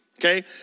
Okay